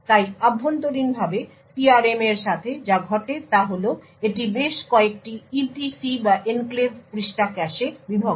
তাই অভ্যন্তরীণভাবে PRM এর সাথে যা ঘটে তা হল এটি বেশ কয়েকটি EPC বা এনক্লেভ পৃষ্ঠা ক্যাশে বিভক্ত